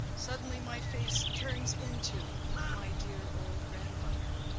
suddenly my face turns into my dear old grandmother.